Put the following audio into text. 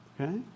okay